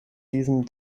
diesem